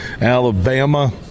Alabama